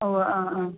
ഓ ആ ആ